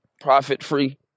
profit-free